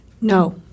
No